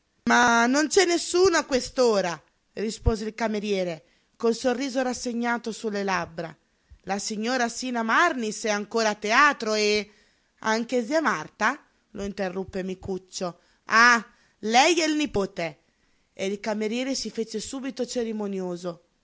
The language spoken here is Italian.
ma non c'è nessuno a quest'ora rispose il cameriere col sorriso rassegato su le labbra la signora sina marnis è ancora a teatro e anche zia marta lo interruppe micuccio ah lei è il nipote e il cameriere si fece subito cerimonioso